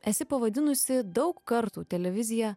esi pavadinusi daug kartų televiziją